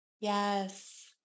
Yes